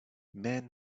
men